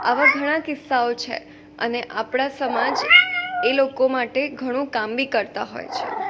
આવા ઘણા કિસ્સાઓ છે અને આપણા સમાજ એ લોકો માટે ઘણું કામ બી કરતા હોય છે